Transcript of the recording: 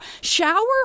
shower